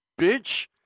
bitch